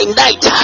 night